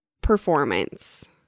performance